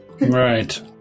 Right